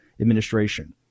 administration